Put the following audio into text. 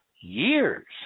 years